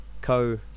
co